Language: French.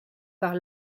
par